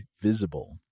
Visible